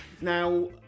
Now